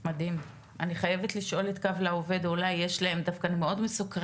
אני חייבת לשאול את קו לעובד, זה מאוד מסקרן,